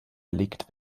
belegt